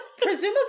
Presumably